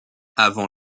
avant